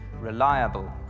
reliable